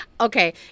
okay